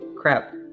Crap